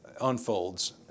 unfolds